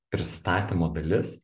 pristatymo dalis